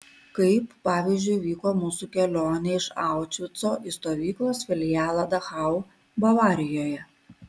kaip pavyzdžiui vyko mūsų kelionė iš aušvico į stovyklos filialą dachau bavarijoje